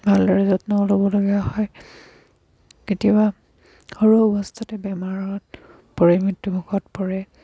ভালদৰে যত্ন ল'বলগীয়া হয় কেতিয়াবা সৰু অৱস্থাতে বেমাৰত পৰি মৃত্যুমুখত পৰে